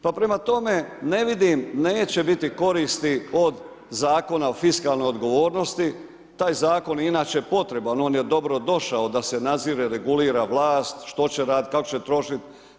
Pa prema tome, ne vidim, neće biti koristi od Zakona o fiskalnoj odgovornosti, taj Zakon je inače potreban, on je dobro došao da se nadzire, regulira vlast, što će raditi, kako će trošiti.